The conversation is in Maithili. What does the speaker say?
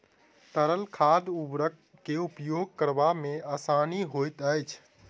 तरल खाद उर्वरक के उपयोग करबा मे आसानी होइत छै